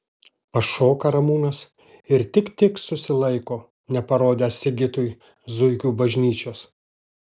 pašoka ramūnas ir tik tik susilaiko neparodęs sigitui zuikių bažnyčios